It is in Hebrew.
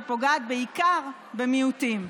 שפוגעת בעיקר במיעוטים.